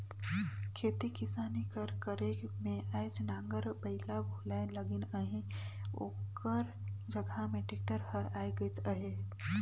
खेती किसानी कर करे में आएज नांगर बइला भुलाए लगिन अहें ओकर जगहा में टेक्टर हर आए गइस अहे